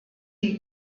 die